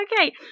Okay